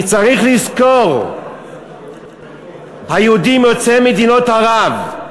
כי צריך לזכור, היהודים יוצאי מדינות ערב,